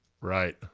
Right